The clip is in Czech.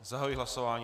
Zahajuji hlasování.